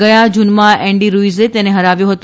ગયા જૂનમાં એન્ડી રૂઇઝે તેને હરાવ્યો હતો